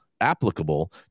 applicable